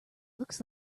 looks